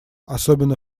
особенно